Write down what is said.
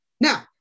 Now